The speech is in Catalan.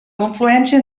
confluència